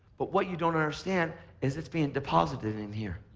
but what you don't understand is it's being deposited in here.